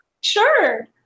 Sure